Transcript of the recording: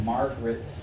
Margaret